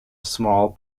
small